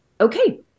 okay